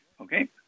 Okay